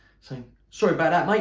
saying sorry about that, like